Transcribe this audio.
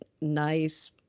nice